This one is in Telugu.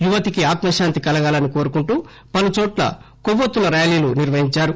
యువతికి ఆత్మ శాంతి కలగాలని కోరుకుంటూ పలుచోట్ల కొవ్వొత్తుల ర్యాలీలు నిర్వహించారు